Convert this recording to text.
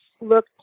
look